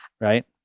Right